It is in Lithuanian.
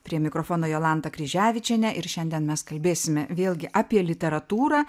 prie mikrofono jolanta kryževičienė ir šiandien mes kalbėsime vėlgi apie literatūrą